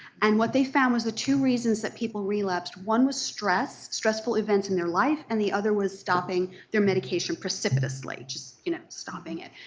and what they found was two reasons that people relapsed. one was stress, stressful events in their life and the other was stopping their medication precipitously, just you know stopping it.